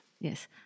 Yes